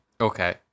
Okay